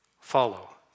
follow